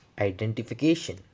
Identification